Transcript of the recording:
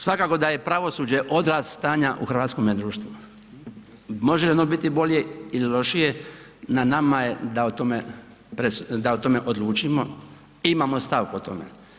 Svakako da je pravosuđe odraz stanja u hrvatskome društvu, može li ono biti bolje ili lošije, na nama je da o tome odlučimo, imamo stavku o tome.